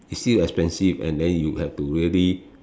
still expensive and then you have to really